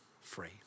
free